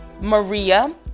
maria